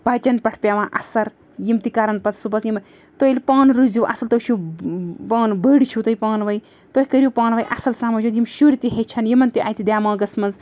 بَچَن پٮ۪ٹھ پٮ۪وان اَثر یِم تہِ کَرَن پتہٕ صُبحَس یِم تُہۍ ییٚلہِ پانہٕ روٗزِو اَصٕل تُہۍ چھُو پانہٕ بٔڑۍ چھُو تُہۍ پانہٕ ؤنۍ تُہۍ کٔرِو پانہٕ ؤنۍ اَصٕل سَمجھوت یِم شُرۍ تہِ ہیٚچھَن یِمَن تہِ اَژِ دٮ۪ماغَس منٛز